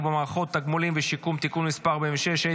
במערכה (תגמולים ושיקום) (תיקון מס' 46),